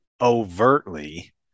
overtly